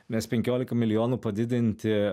nes penkiolika milijonų padidinti